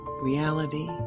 reality